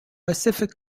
pacific